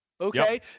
Okay